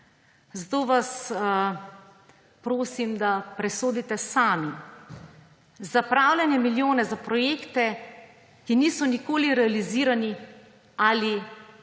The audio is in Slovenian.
Zato vas prosim, da presodite sami. Zapravljanje milijonov za projekte, ki niso nikoli realizirani, ali